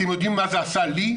אתם יודעים מה זה עשה לי?